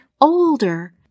older